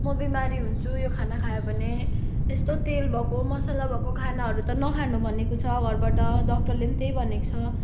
म बिमारी हुन्छु यो खाना खायो भने यस्तो तेल भएको मसाला भएको खानाहरू त नखानु भनेको छ घरबाट डक्टरले पनि त्यही भनेको छ